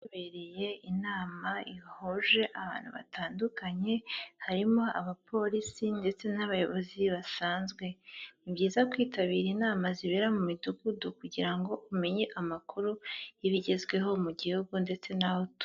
Habereye inama ihuje abantu batandukanye, harimo abapolisi ndetse n'abayobozi basanzwe. Ni byiza kwitabira inama zibera mu midugudu, kugira ngo umenye amakuru y'ibigezweho mu gihugu ndetse n'aho utuye.